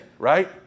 Right